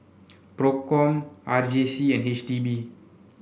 Procom R J C and H D B